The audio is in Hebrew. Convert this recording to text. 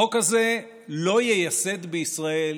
החוק הזה לא ייסד בישראל